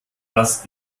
dass